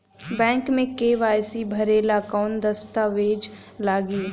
Bank मे KYC भरेला कवन दस्ता वेज लागी?